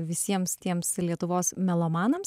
visiems tiems lietuvos melomanams